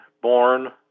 born